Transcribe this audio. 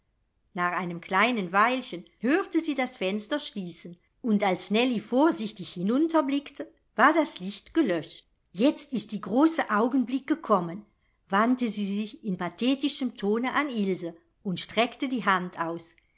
nach einem kleinen weilchen hörte sie das fenster schließen und als nellie vorsichtig hinunter blickte war das licht gelöscht jetzt ist die große augenblick gekommen wandte sie sich in pathetischem tone an ilse und streckte die hand aus